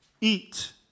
eat